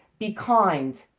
be kind,